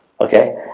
Okay